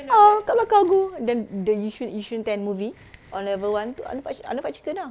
ah dekat belakang tu then the yishun yishun ten movie on level one tu arnold fried chic~ arnold fried chicken ah